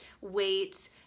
weight